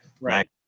right